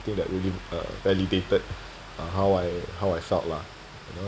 that really uh validated uh how I how I felt lah you know what